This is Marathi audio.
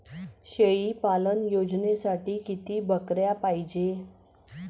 शेळी पालन योजनेसाठी किती बकऱ्या पायजे?